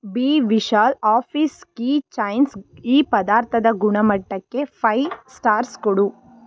B Vishal office keychains ಈ ಪದಾರ್ಥದ ಗುಣಮಟ್ಟಕ್ಕೆ ಫೈ ಸ್ಟಾರ್ಸ್ ಕೊಡು